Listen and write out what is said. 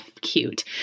cute